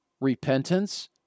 Repentance